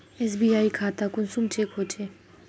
SBI खाता कुंसम check होचे?